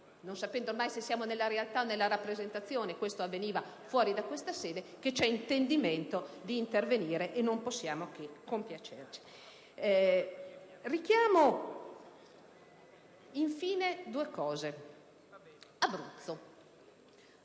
non sapendo mai se siamo nella realtà o nella rappresentazione, ciò avveniva fuori da questa sede - che c'è l'intendimento di intervenire, e non possiamo che compiacercene. Richiamo infine due aspetti.